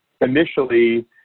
initially